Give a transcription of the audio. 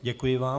Děkuji vám.